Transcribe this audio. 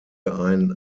ein